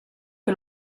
che